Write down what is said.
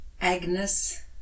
Agnes